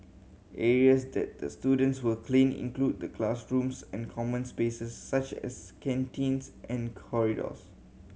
areas that the students will clean include the classrooms and common spaces such as canteens and corridors